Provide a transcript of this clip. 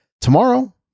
Tomorrow